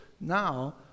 now